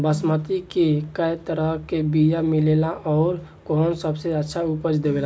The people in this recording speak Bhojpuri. बासमती के कै तरह के बीया मिलेला आउर कौन सबसे अच्छा उपज देवेला?